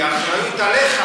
כי האחריות היא עליך,